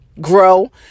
grow